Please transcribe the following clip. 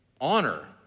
honor